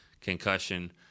concussion